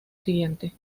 siguiente